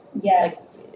Yes